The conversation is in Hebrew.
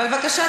אבל בבקשה,